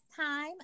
time